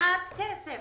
מעט כסף.